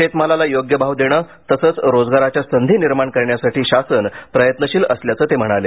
शेतमालाला योग्य भाव देण तसंच रोजगाराच्या संधी निर्माण करण्यासाठी शासन प्रयत्नशील असल्याचं ते म्हणाले